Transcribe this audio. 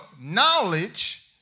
knowledge